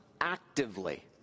actively